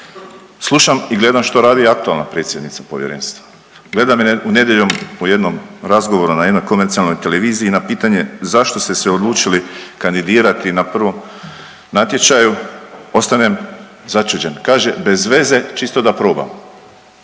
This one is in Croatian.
Slušam i gledam što radi aktualna predsjednica povjerenstva, gledam je nedjeljom u jednom razgovoru na jednoj komercijalnoj televiziji, na pitanje zašto ste se odlučili kandidirati na prvom natječaju, ostanem začuđen, kaže bez veze čisto da probam,